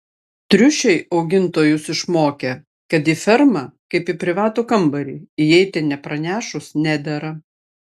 triušiai augintojus išmokė kad į fermą kaip į privatų kambarį įeiti nepranešus nedera